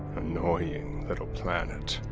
annoying little planet.